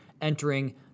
entering